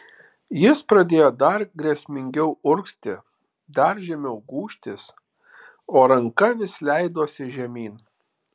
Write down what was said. jis pradėjo dar grėsmingiau urgzti dar žemiau gūžtis o ranka vis leidosi žemyn